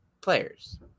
Players